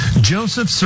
Joseph